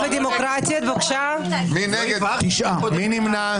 מי נמנע?